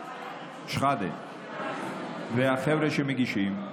אבו שחאדה והחבר'ה שמגישים,